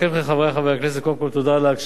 אבקש מחברי חברי הכנסת, קודם כול תודה על ההקשבה,